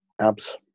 Abs